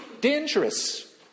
dangerous